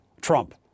Trump